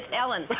Ellen